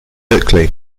berkeley